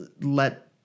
let